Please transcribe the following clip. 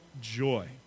joy